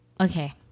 Okay